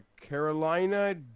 Carolina